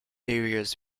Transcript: areas